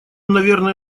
наверное